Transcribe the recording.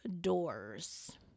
doors